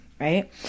right